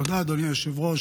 תודה, אדוני היושב-ראש.